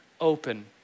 open